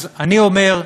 אז אני אומר,